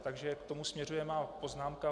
Takže k tomu směřuje má poznámka.